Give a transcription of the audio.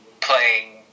playing